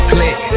Click